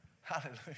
Hallelujah